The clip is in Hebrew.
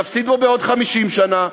נפסיד בו בעוד 50 שנה,